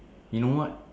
you know what